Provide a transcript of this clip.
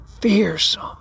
fearsome